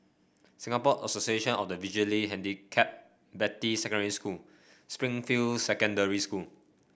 Singapore Association of the Visually Handicapped Beatty Secondary School Springfield Secondary School